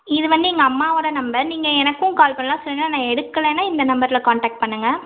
இது வந்து எங்கள் அம்மாவோட நம்பர் நீங்கள் எனக்கும் கால் பண்ணலாம் சில நேரம் நான் எடுக்கலன்னா இந்த நம்பரில் காண்டக்ட் பண்ணுங்கள்